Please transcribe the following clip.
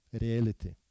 reality